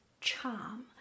charm